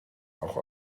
auch